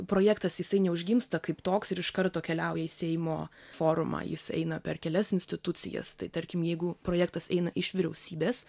projektas jisai neužgimsta kaip toks ir iš karto keliauja į seimo forumą jis eina per kelias institucijas tai tarkim jeigu projektas eina iš vyriausybės